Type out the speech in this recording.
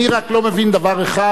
אני רק לא מבין דבר אחד,